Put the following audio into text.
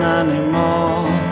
anymore